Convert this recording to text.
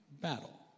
battle